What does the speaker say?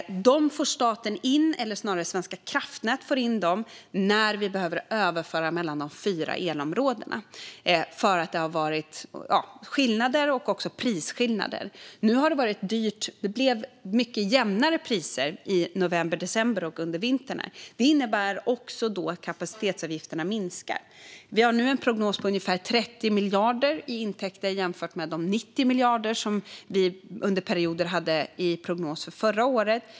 Dem får staten, eller snarare Svenska kraftnät, in när vi behöver överföra mellan de fyra elområdena för att det har varit skillnader och också prisskillnader. Nu har det varit dyrt, men det blev mycket jämnare priser i november december och under vintern. Det innebär också att kapacitetsavgifterna minskar. Vi har nu en prognos på ungefär 30 miljarder i intäkter, att jämföra med de 90 miljarder som vi under perioder hade i prognos för förra året.